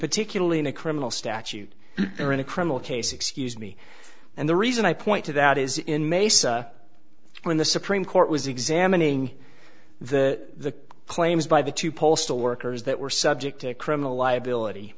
particularly in a criminal statute or in a criminal case excuse me and the reason i point to that is in mesa when the supreme court was examining the claims by the two postal workers that were subject to criminal liability